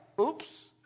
oops